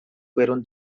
fueron